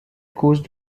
cause